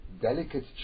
delicate